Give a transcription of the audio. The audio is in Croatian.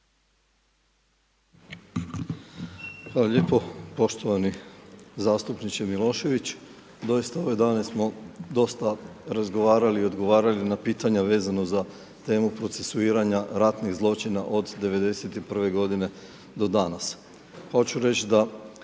Hvala lijepo poštovani zastupniče Milošević. Doista, ove dane smo dosta razgovarali i odgovarali na pitanja vezano za temu procesuiranja ratnih zločina od '91. godine do danas. Hoću reći da